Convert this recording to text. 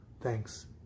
Thanks